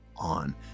on